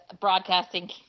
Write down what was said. broadcasting